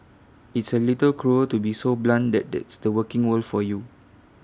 it's A little cruel to be so blunt that that's the working world for you